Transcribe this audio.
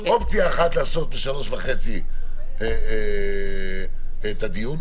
אופציה אחת לקיים ב-15:30 את הדיון.